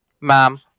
ma'am